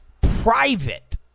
private